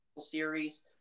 series